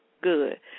good